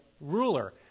ruler